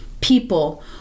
people